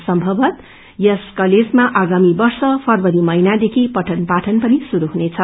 सम्भवतः यस कलेजमा आगामी वर्षु रवरी महिननादेखि पठन पाठन पनि शुरू हुनेछ